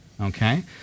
Okay